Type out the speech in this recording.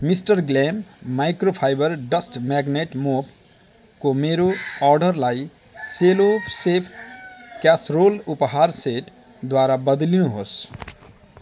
mister glam microfibre dust magnet मोपको मेरो अर्डरलाई सेलो सेफ क्यासरोल उपहार सेटद्वारा बद्लिदिनुहोस्